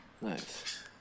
Nice